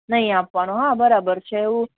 નહી આપવાનો હા બરાબર છે એવું